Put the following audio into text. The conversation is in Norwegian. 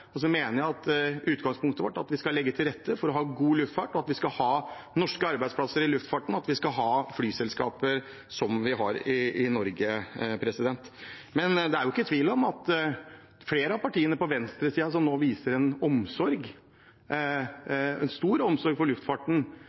Jeg mener utgangspunktet er at vi skal legge til rette for god luftfart, at vi skal ha norske arbeidsplasser i luftfarten, og at vi skal ha flyselskaper som vi har i Norge. Det er ikke tvil om at flere av partiene på venstresiden som nå viser en stor omsorg for luftfarten,